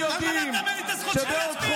הם היום רקדו, רקדו על הדם של דריה.